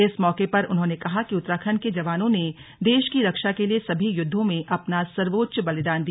इस मौके पर उन्होंने कहा कि उत्तराखण्ड के जवानों ने देश की रक्षा के लिए सभी युद्धों में अपना सर्वोच्च बलिदान दिया